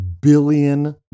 billion